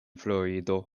florido